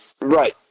Right